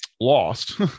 lost